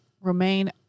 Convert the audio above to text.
remain